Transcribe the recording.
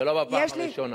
ולא בפעם הראשונה.